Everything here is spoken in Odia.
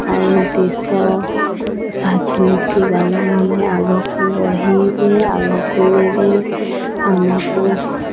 ଆଉ ଦେଶ ରାଜନୀତି ବାଲା ମାନେ ଆଗକୁ ବଢ଼ାଇବେ ଆଗକୁ ନେବେ ଆମକୁ